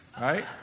right